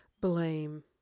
blame